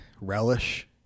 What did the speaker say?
relish